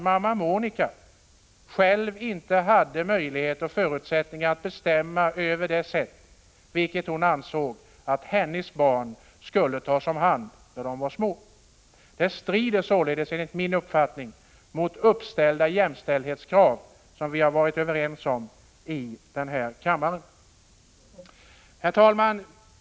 Mamma Monika hade inte möjligheter och förutsättningar att själv få bestämma över det sätt på vilket hennes barn skulle tas om hand när de var små. Enligt min uppfattning strider detta mot uppställda jämställdhetskrav, som vi har varit överens i denna kammare.